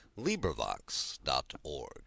LibriVox.org